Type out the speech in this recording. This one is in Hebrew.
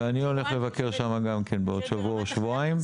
ואני הולך לבקר שם גם בעוד שבוע או שבועיים.